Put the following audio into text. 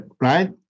Right